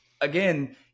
again